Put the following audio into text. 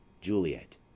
Juliet